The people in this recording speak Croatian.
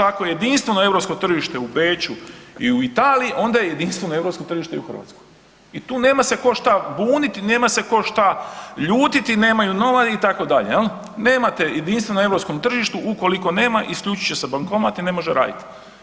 Ako je jedinstveno europsko tržište u Beču i u Italiji onda je jedinstveno europsko tržište u Hrvatskoj i tu se nema ko šta buniti, nema se ko šta ljutiti nemaju … itd., nemate jedinstveno europsko tržište ukoliko nema isključit će se bankomat i ne može radit.